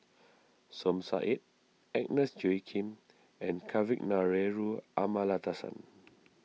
Som Said Agnes Joaquim and Kavignareru Amallathasan